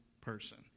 person